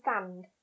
sand